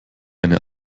eine